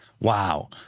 Wow